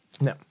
No